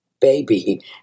baby